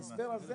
ההסבר הזה